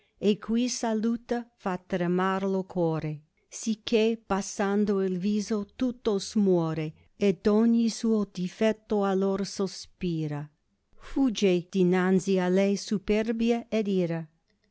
e cui saluta fa tremar lo core sicché bassando il viso tutto smuore ed ogni suo difetto allor sospira fugge dinanzi a lei superbia ed ira